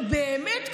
באמת,